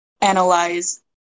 analyze